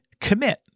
commit